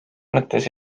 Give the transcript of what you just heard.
mõttes